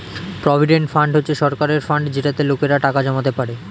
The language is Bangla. প্রভিডেন্ট ফান্ড হচ্ছে সরকারের ফান্ড যেটাতে লোকেরা টাকা জমাতে পারে